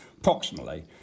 Approximately